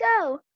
go